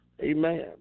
Amen